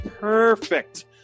perfect